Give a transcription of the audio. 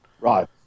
Right